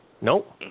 Nope